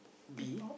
bee